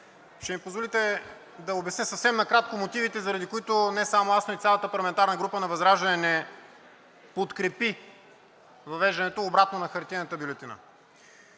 ще ми позволите да обясня съвсем накратко мотивите, заради които не само аз, но и цялата парламентарна група на ВЪЗРАЖДАНЕ не подкрепи въвеждането обратно на хартиената бюлетина.